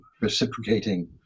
reciprocating